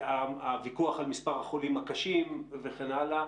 הוויכוח על מספר החולים הקשים וכן הלאה,